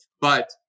But-